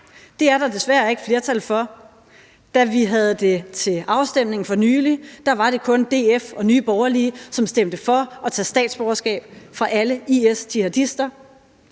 Det er der desværre ikke flertal for. Da vi havde det til afstemning for nylig, var det kun DF og Nye Borgerlige som stemte for at tage statsborgerskabet fra alle IS-jihadister,